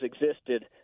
existed